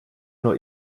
nur